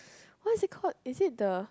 what is it called is it the